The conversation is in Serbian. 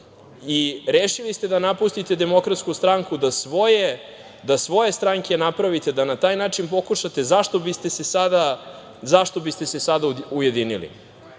i rešili ste da napustite Demokratsku stranku, da svoje stranke napravite, da na taj način pokušate, zašto biste se sada ujedinili?